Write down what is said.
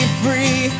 free